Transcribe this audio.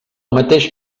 mateix